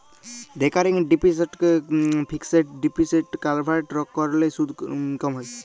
recurring ডিপসিটকে fixed ডিপসিটে convert ক্যরলে সুদ ক্যম হ্যয়